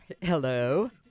Hello